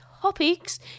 topics